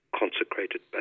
consecrated